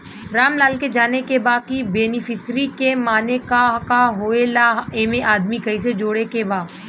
रामलाल के जाने के बा की बेनिफिसरी के माने का का होए ला एमे आदमी कैसे जोड़े के बा?